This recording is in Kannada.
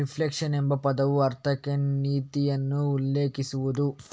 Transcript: ರಿಫ್ಲೇಶನ್ ಎಂಬ ಪದವು ಆರ್ಥಿಕ ನೀತಿಯನ್ನು ಉಲ್ಲೇಖಿಸಬಹುದು